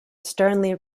sternly